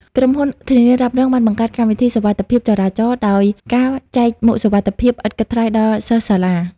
ក្រុមហ៊ុនធានារ៉ាប់រងបានបង្កើតកម្មវិធី សុវត្ថិភាពចរាចរណ៍ ដោយការចែកមួកសុវត្ថិភាពឥតគិតថ្លៃដល់សិស្សសាលា។